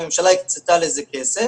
הממשלה הקצתה לזה כסף